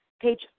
page